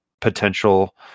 potential